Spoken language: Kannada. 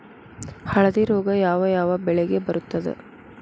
ಹಳದಿ ರೋಗ ಯಾವ ಯಾವ ಬೆಳೆಗೆ ಬರುತ್ತದೆ?